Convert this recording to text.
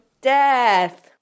Death